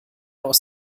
aus